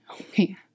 okay